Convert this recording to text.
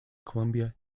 columbia